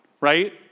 right